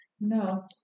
No